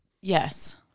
Yes